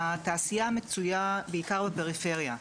התעשייה מצויה בעיקר בפריפריה,